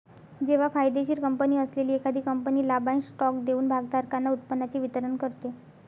जेव्हा फायदेशीर कंपनी असलेली एखादी कंपनी लाभांश स्टॉक देऊन भागधारकांना उत्पन्नाचे वितरण करते